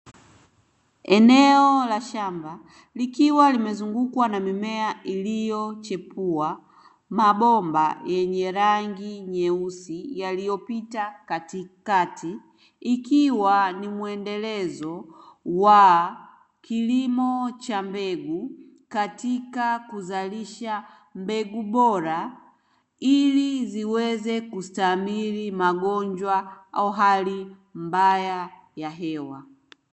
Eneo la shamba likiwa limezungukwa na mimea iliyochipua, mabomba yenye rangi nyeusi yaliyopita katikati ikiwa ni mwendelezo wa kilimo cha mbegu katika kuzalisha mbegu bora, ili ziweze kustahimili magonjwa au hali mbaya ya hewa.